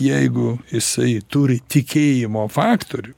jeigu jisai turi tikėjimo faktorių